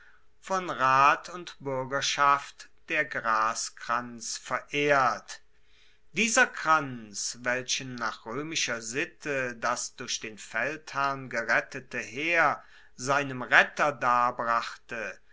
von rat und buergerschaft der graskranz verehrt dieser kranz welchen nach roemischer sitte das durch den feldherrn gerettete heer seinem retter darbrachte